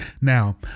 Now